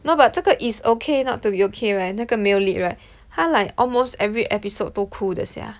no but 这个 It's Okay Not To Be Okay right 那个 male lead right 他 like almost every episode 都哭的 sia